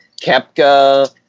Kepka